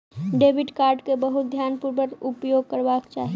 debit card के बहुत ध्यानपूर्वक उपयोग करबाक चाही